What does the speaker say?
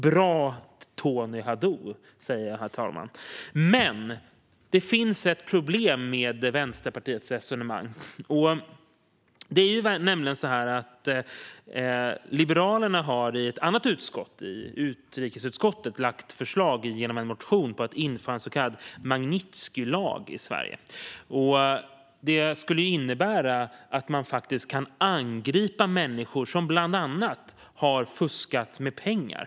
Bra, Tony Haddou, säger jag. Det finns dock ett problem, herr talman, med Vänsterpartiets resonemang. Liberalerna har nämligen genom en motion lagt ett förslag i ett annat utskott, utrikesutskottet, om att införa en så kallad Magnitskijlag i Sverige. Det skulle innebära att man kan angripa människor som bland annat har fuskat med pengar.